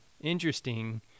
interesting